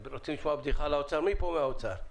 מי פה מהאוצר?